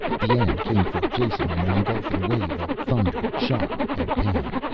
the end came for jason in an engulfing wave of thunder, shock and pain.